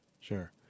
Sure